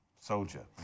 soldier